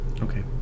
Okay